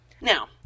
Now